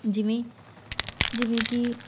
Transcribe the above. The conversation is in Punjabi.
ਜਿਵੇਂ ਜਿਵੇਂ ਕਿ